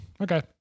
Okay